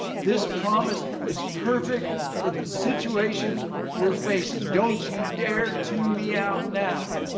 this promise is perfect for the situation we're facing. don't you dare tune me out now.